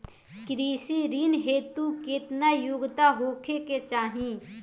कृषि ऋण हेतू केतना योग्यता होखे के चाहीं?